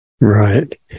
Right